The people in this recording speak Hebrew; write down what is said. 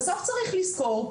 בסוף צריך לזכור,